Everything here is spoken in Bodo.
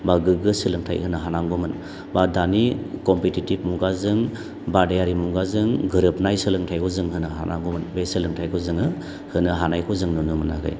बा गोग्गो सोलोंथाय होनो हानांगौमोन बा दानि कम्पिटिटिभ मुगाजों बादायारि मुगाजों गोरोबनाय सोलोंथायखौ जों होनो हानांगौमोन बे सोलोंथायखौ जोङो होनो हानायखौ जों नुनो मोनाखै